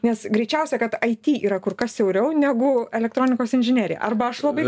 nes greičiausia kad aity yra kur kas siauriau negu elektronikos inžinerija arba aš labai